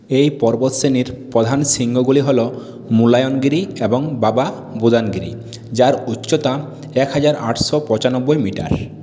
এই পর্বতশ্রেণীর প্রধান শৃঙ্গগুলি হল মুলায়নগিরি এবং বাবা বুদানগিরি যার উচ্চতা এক হাজার পঁচানব্বই মিটার